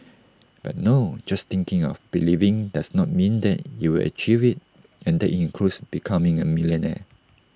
but no just thinking or believing does not mean that you will achieve IT and that includes becoming A millionaire